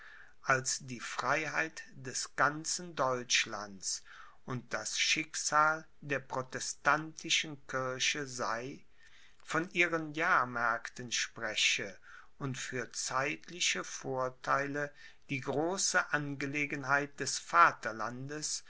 als die freiheit des ganzen deutschlands und das schicksal der protestantischen kirche sei von ihren jahrmärkten spreche und für zeitliche vorteile die große angelegenheit des vaterlandes